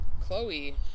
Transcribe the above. Chloe